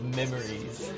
memories